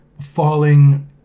falling